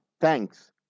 Thanks